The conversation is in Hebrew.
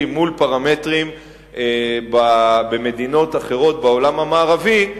מול פרמטרים במדינות אחרות בעולם המערבי,